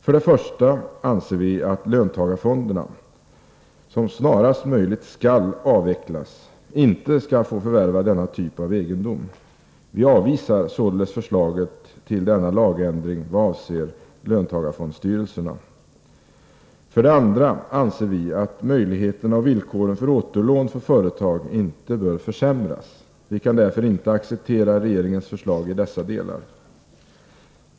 För det första anser vi att löntagarfonderna, som snarast möjligt skall avvecklas, inte skall få förvärva denna typ av egendom. Vi avvisar således förslaget till denna lagändring vad avser löntagarfondstyrelserna. För det andra anser vi att möjligheterna och villkoren för återlån för företag inte bör försämras. Vi kan därför inte acceptera regeringens förslag i dessa delar.